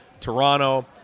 Toronto